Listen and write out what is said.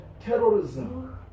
terrorism